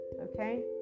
okay